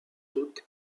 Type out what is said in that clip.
toute